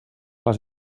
les